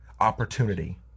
opportunity